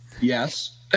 yes